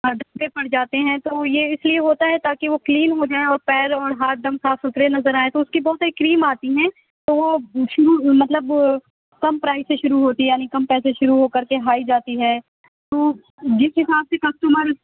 سے پڑ جاتے ہیں تو یہ اِس لیے ہوتا ہے تاکہ وہ کلین ہو جائیں اور پیر اور ہاتھ دم صاف سُتھرے نظر آئیں تو اُس کی بہت ساری کریم آتی ہیں تو وہ شروع مطلب کم پرائز سے شروع ہوتی ہے یعنی کم پیسے شروع ہو کر کے ہائی جاتی ہے تو جس حساب سے کسٹومر